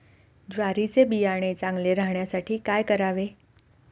ज्वारीचे बियाणे चांगले राहण्यासाठी काय करावे?